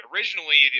Originally